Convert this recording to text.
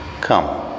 Come